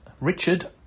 Richard